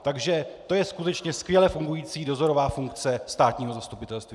Takže to je skutečně skvěle fungující dozorová funkce státního zastupitelství!